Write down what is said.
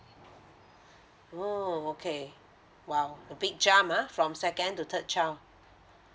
oh okay !wow! a big jump uh from second to third child